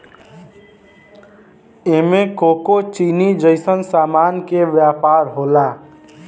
एमे कोको चीनी जइसन सामान के व्यापार होला